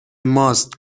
ماست